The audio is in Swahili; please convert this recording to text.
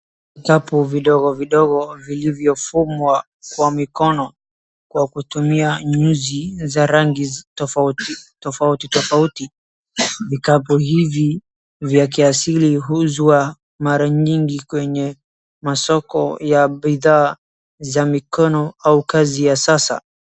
Vikapu vidogo vidogo vilivyofungwa kwa mikono kwa kutumia nyuzi za rangi tofauti, tofauti tofauti. Vikapu hivi vya kiasili huuzwa mara nyingi kwenye masoko ya bidhaa za mikono au kazi ya sasa.